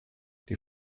die